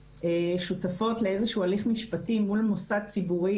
שותפות לאיזשהו הליך משפטי מול מוסד ציבורי,